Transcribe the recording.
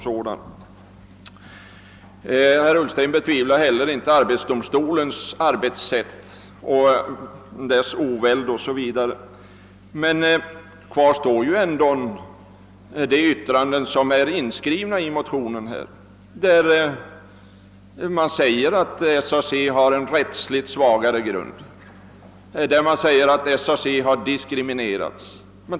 Herr Ullsten betvivlar inte arbetsdomstolens oväld, säger han, men kvar står de yttranden som är inskrivna i motionen, där det sägs att SAC har en rättsligt svagare grund och att SAC har diskriminerats.